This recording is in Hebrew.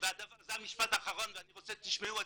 המשפט האחרון שאני רוצה שתשמעו,